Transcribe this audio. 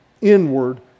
inward